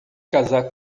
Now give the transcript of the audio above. casar